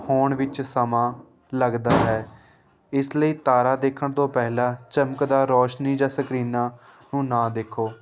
ਹੋਣ ਵਿੱਚ ਸਮਾਂ ਲੱਗਦਾ ਹੈ ਇਸ ਲਈ ਤਾਰਾ ਦੇਖਣ ਤੋਂ ਪਹਿਲਾਂ ਚਮਕਦਾਰ ਰੌਸ਼ਨੀ ਜਾਂ ਸਕਰੀਨਾਂ ਨੂੰ ਨਾ ਦੇਖੋ